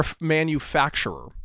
manufacturer